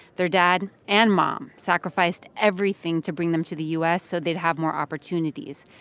their dad and mom sacrificed everything to bring them to the u s. so they'd have more opportunities.